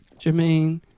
Jermaine